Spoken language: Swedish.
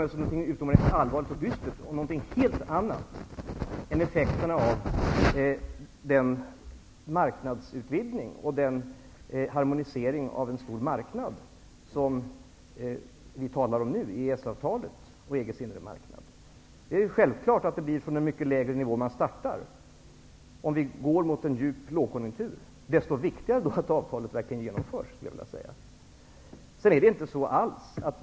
Detta är någonting utomordentligt allvarligt och dystert och något helt annat än effekterna av den marknadsutvidgning och den harmonisering av en stor marknad som vi talar om med anledning av EES-avtalet och EG:s inre marknad. Självklart startar vi från en mycket lägre nivå om vi går mot en djup lågkonjunktur. Desto viktigare då att avtalet verkligen genomförs, skulle jag vilja säga.